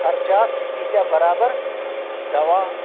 خَرچاَتھ چِھِ تیٖتیٛاہ برابر دوا